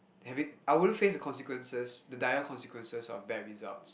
having I wouldn't face the consequences the dire consequences of bad results